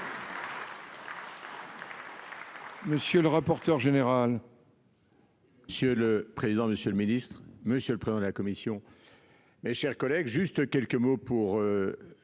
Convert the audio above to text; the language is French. Monsieur le rapporteur général. Monsieur le président, Monsieur le Ministre, monsieur le président de la commission. Mes chers collègues, juste quelques mots pour.